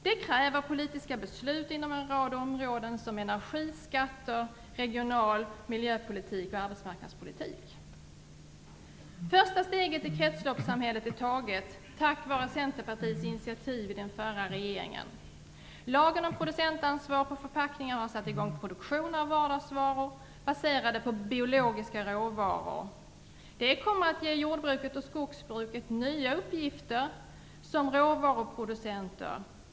Det kräver politiska beslut inom en rad områden, som energi och skatter samt regional-, miljö och arbetsmarknadspolitik. Första steget i kretsloppssamhället är taget, tack vare Centerpartiets initiativ i den förra regeringen. Lagen om producentansvar på förpackningar har satt i gång produktion av vardagsvaror baserade på biologiska råvaror. Det kommer att ge jord och skogsbruket nya uppgifter som råvaruproducenter.